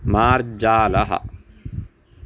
मार्जालः